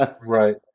Right